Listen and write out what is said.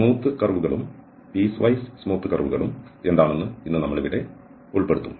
smooth curve കളും piecewise smooth curve കളും എന്താണെന്ന് ഇന്ന് നമ്മൾ ഇവിടെ ഉൾപ്പെടുത്തും